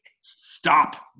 Stop